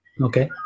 Okay